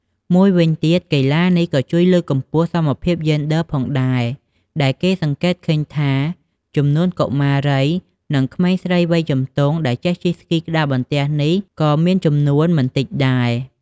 មួយវិញទៀត កីឡានេះក៏ជួយលើកកម្ពស់សមភាពយេនឌ័រផងដែរ ដែលគេសង្កេតឃើញថា ចំនួនកុមារី និងក្មេងស្រីវ័យជំទង់ដែលចេះជិះស្គីក្ដារបន្ទះក៏មានចំនួនមិនតិចដែរ។